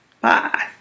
Bye